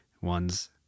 one's